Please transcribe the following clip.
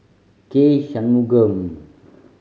K Shanmugam